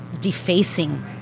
defacing